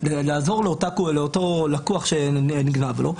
לעזור לאותה לקוחה שנגנב לה.